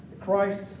Christ